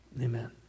Amen